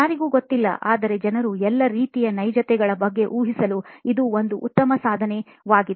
ಯಾರಿಗೂ ಗೊತ್ತಿಲ್ಲ ಆದರೆ ಜನರು ಎಲ್ಲ ರೀತಿಯ ನೈಜತೆಗಳ ಬಗ್ಗೆ ಊಹಿಸಲು ಇದು ಒಂದು ಉತ್ತಮ ಸಾಧನವಾಗಿದೆ